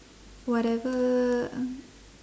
whatever